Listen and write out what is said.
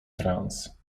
trans